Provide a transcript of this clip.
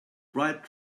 bright